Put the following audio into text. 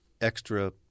extra